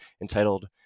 entitled